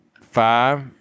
Five